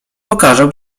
pokażę